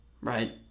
right